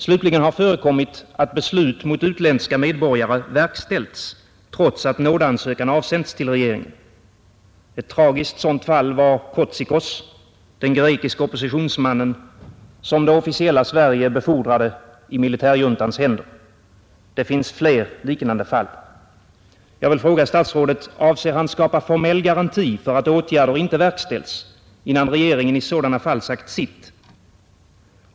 Slutligen har förekommit att avvisningsbeslut mot utländska medborgare verkställts trots att nådeansökan avsänts till regeringen. Ett tragiskt sådant fall var Kotsikos, den grekiske oppositionsmannen, som det officiella Sverige befordrade i militärjuntans händer. Det finns fler liknande fall. Jag vill fråga herr statsrådet: Avser statsrådet att skapa formell garanti för att åtgärder inte verkställs innan regeringen i sådana fall sagt sitt?